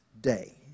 day